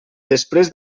després